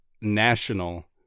national